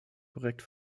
korrekt